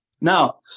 Now